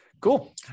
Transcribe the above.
Cool